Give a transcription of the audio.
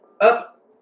up